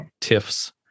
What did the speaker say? TIFFs